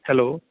hello